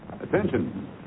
attention